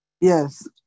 Yes